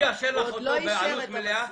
הוא יאשר לך אותו בעלות מלאה?